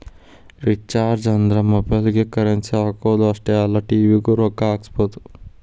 recharges ಅಂದ್ರ ಮೊಬೈಲ್ಗಿ currency ಹಾಕುದ್ ಅಷ್ಟೇ ಅಲ್ಲ ಟಿ.ವಿ ಗೂ ರೊಕ್ಕಾ ಹಾಕಸಬೋದು